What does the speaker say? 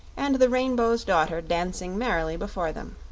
and the rainbow's daughter dancing merrily before them.